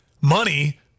money